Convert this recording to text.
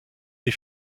les